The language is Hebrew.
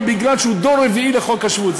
מפני שהוא דור רביעי לפי חוק השבות.